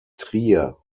trier